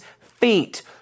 feet